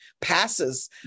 passes